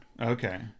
Okay